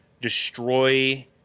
destroy